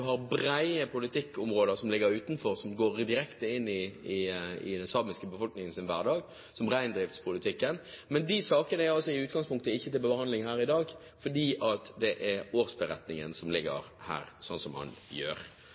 har brede politikkområder som ligger utenfor dette, og som går direkte inn i den samiske befolkningens hverdag, som reindriftspolitikken. Men disse sakene er altså i utgangspunktet ikke til behandling her i dag. Det er årsberetningen som ligger her, slik den gjør. Det er en forutsigbar innstilling som